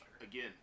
again